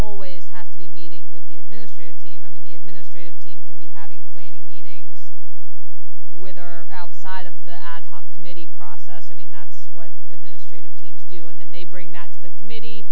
always have to be meeting with the administrator team i mean the administrative team can be having planning meetings with our outside of the ad hoc committee process i mean that's what administrative teams do and then they bring that to the committee